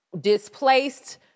displaced